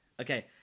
Okay